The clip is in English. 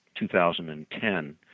2010